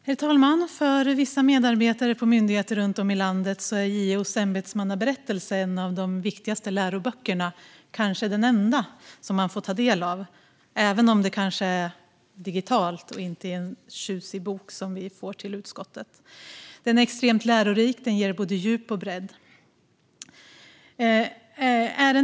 Herr talman! För vissa medarbetare på myndigheter runt om i landet är JO:s ämbetsmannaberättelse en av de viktigaste läroböckerna, och kanske den enda, som de får ta del av - även om de får ta del av den digitalt och inte i form av en tjusig bok som vi får till utskottet. Den är extremt lärorik och ger både djup och bredd.